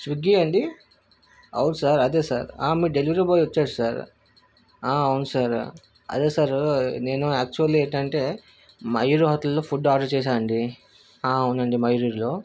Swiggy అండి అవును sir అదే సార్ మీ డెలివరీ బాయ్ వచ్చాడు సార్ అవును సార్ అదే సార్ నేను యాక్చువల్లీ ఏంటంటే మయూరి హోటల్లో ఫుడ్ ఆర్డర్ చేశానండి అవునండి మయూరిలో